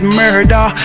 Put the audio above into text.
murder